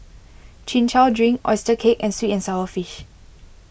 Chin Chow Drink Oyster Cake and Sweet and Sour Fish